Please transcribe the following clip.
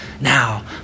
now